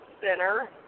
Center